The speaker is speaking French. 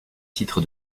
titre